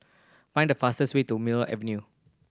find the fastest way to Mill Avenue